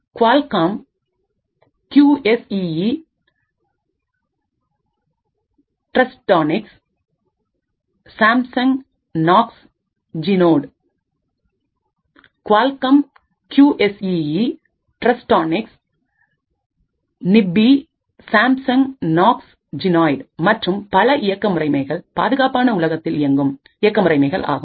Qualcomm QSEE Trustonics Kinibi Samsung Knox Genode Qualcomm's QSEE Trustonics Kinibi Samsung Knox Genode மற்றும் பல இயக்க முறைமைகள் பாதுகாப்பு உலகத்தில் இயங்கும் இயக்க முறைமைகள் ஆகும்